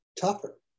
tougher